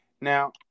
Now